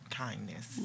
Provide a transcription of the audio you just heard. kindness